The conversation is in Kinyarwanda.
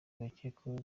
bakekwaho